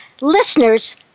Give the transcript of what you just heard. Listeners